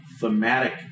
thematic